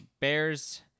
Bears